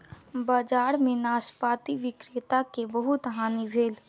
बजार में नाशपाती विक्रेता के बहुत हानि भेल